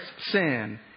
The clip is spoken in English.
sin